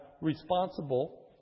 responsible